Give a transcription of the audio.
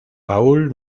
paul